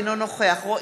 אינו נוכח אברהם נגוסה,